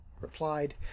replied